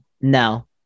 No